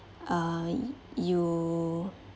uh you